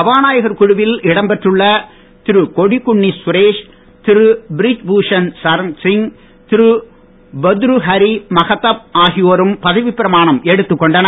சபாநாயகர் குழுவில் இடம் பெற்றுள்ள திரு கொடிக்குன்னில் சுரேஷ் திரு பிரிஜ் பூஷன் சரன்சிங் திரு பர்த்ரு ஹரி மஹதாப் ஆகியோரும் பதவி பிரமானம் எடுத்துக் கொண்டனர்